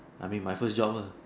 I mean my first job ah